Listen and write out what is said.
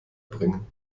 bringen